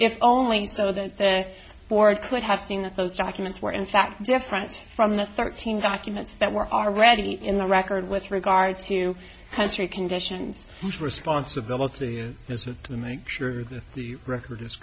if only so that the board could have seen that those documents were in fact different from the thirteen documents that were already in the record with regard to country conditions responsibility here is make sure that the record